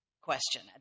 question